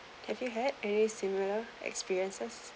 have you had any similar experiences